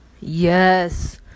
Yes